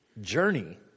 journey